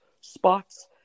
spots